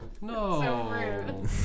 No